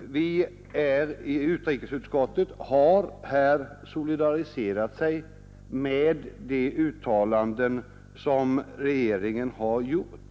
Vi i utrikesutskottet har här solidariserat oss med de uttalanden som regeringen har gjort.